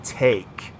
take